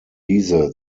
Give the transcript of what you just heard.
diese